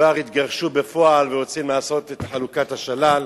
שכבר התגרשו בפועל ורוצים לעשות את חלוקת השלל,